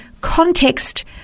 context